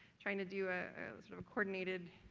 trying to do a sort of coordinated